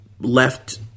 left